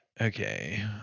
okay